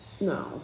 No